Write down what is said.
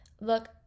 look